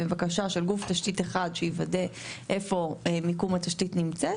בבקשה של גוף תשתית אחד שיוודא איפה מיקום התשתית נמצאת.